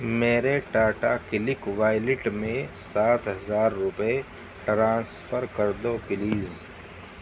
میرے Tata click wallet میں سات ہزار روپئے ٹرانسفر کر دو پلیز